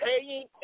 paying